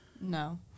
No